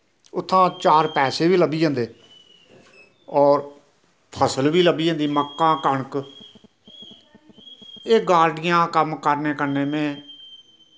उत्थां चार पैसे बा लब्भी जंदे और फसल बी लब्भी जंदी मक्कां कनक एह् गालडियां कम्म करने कन्ने में